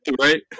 right